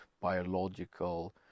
biological